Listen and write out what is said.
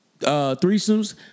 Threesomes